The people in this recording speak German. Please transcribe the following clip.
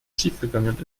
schiefgegangen